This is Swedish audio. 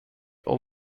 och